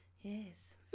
yes